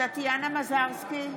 טטיאנה מזרסקי,